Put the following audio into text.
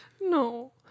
No